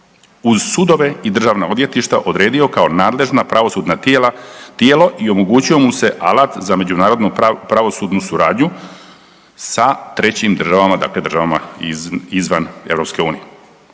uz sudove i državna odvjetništva odredio kao nadležna pravosudna tijela, tijelo i omogućio mu se alat za međunarodnu pravosudnu suradnju sa trećim državama, dakle državama izvan EU.